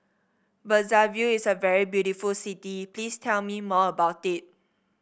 Brazzaville is a very beautiful city please tell me more about it